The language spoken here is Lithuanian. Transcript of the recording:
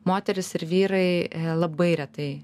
moterys ir vyrai labai retai